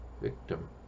victim